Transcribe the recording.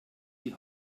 die